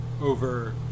over